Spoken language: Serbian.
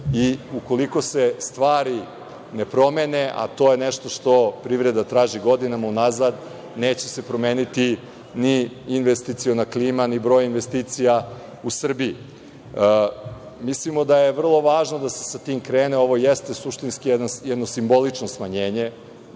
Ukoliko se stvari ne promene, a to je nešto što privreda traži godinama unazad, neće se promeniti ni investiciona klima, ni broj investicija u Srbiji. Mislimo da je vrlo važno da se sa tim krene. Ovo jeste suštinski jedno simbolično smanjenje